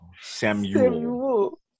Samuel